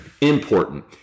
Important